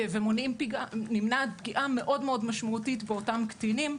נמנעת פגיעה מאוד משמעותית באותם קטינים,